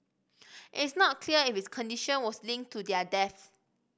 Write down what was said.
it is not clear if his condition was linked to their deaths